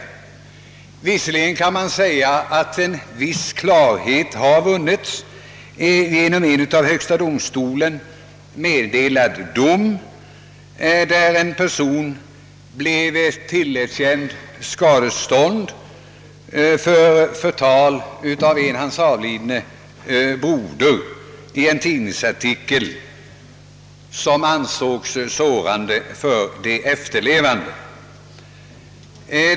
Visserligen kan man säga att en viss klarhet har vunnits genom en av högsta domstolen meddelad dom, där en person blev tillerkänd skadestånd för förtal av en hans avlidne broder i en tidningsartikel som ansågs sårande för de efterlevande.